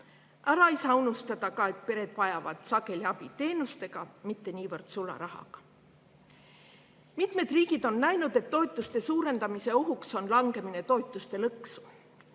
Ära ei saa unustada ka seda, et pered vajavad sageli abi teenustega, mitte niivõrd sularahaga. Mitmed riigid on näinud, et toetuste suurendamise ohuks on langemine toetuste lõksu.